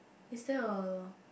is there a